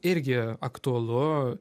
irgi aktualu